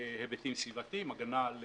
היבטים סביבתיים, הגנה על